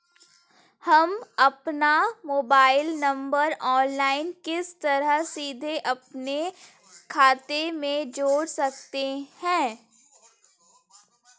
हम अपना mobile number online किस तरह सीधे अपने खाते में जोड़ सकते हैं?